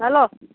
hello